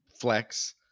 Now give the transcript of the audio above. flex